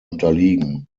unterliegen